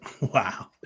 Wow